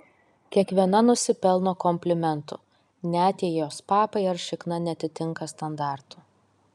kiekviena nusipelno komplimentų net jei jos papai ar šikna neatitinka standartų